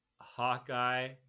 Hawkeye